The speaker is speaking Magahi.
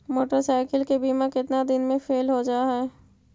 मोटरसाइकिल के बिमा केतना दिन मे फेल हो जा है?